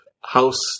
house